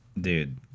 Dude